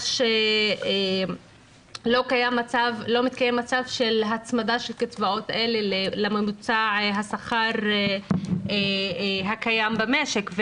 לא מתקיימת הצמדה של קצבאות אלה לממוצע השכר הקיים במשק.